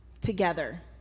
together